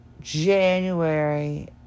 January